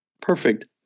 Perfect